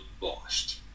lost